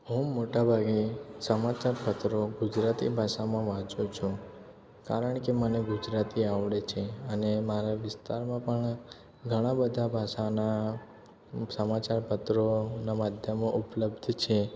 હું મોટાભાગે સમાચારપત્રો ગુજરાતી ભાષામાં વાંચું છું કારણ કે મને ગુજરાતી આવડે છે અને મારા વિસ્તારમાં પણ ઘણા બધા પાસાના સમાચાર પત્રોના માધ્યમો ઉપલબ્ધ છે